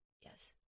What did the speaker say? Yes